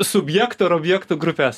subjektų ar objektų grupes